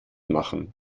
machen